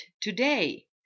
today